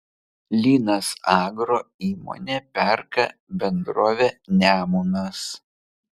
linas agro įmonė perka bendrovę nemunas